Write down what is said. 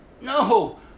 No